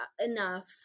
enough